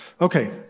Okay